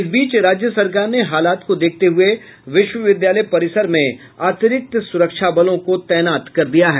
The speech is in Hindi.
इस बीच राज्य सरकार ने हालात को देखते हुए विश्वविद्यालय परिसर में अतिरिक्त सुरक्षाबल तैनात किया है